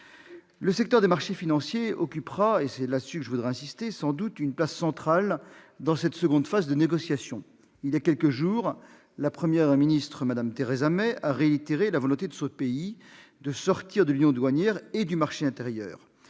Le secteur des marchés financiers occupera sans doute- et c'est sur ce sujet que je tiens à insister -une place centrale dans cette seconde phase de négociations. Il y a quelques jours, la Première ministre britannique, Mme Theresa May, a réitéré la volonté de son pays de sortir de l'union douanière et du marché intérieur.